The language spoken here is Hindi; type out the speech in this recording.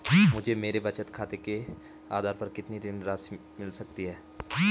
मुझे मेरे बचत खाते के आधार पर कितनी ऋण राशि मिल सकती है?